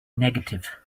negative